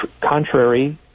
contrary